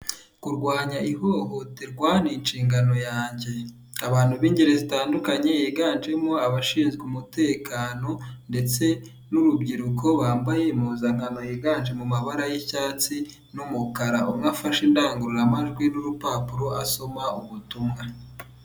Kurwanya ihohoterwa ni inshingano yanjye, abantu b'ingeri zitandukanye higanjemo abashinzwe umutekano ndetse n'urubyiruko bambaye impuzankano yiganje mu mabara y'icyatsi n'umukara, umwe afashe indangururamajwi n'urupapuro asoma ubutumwa.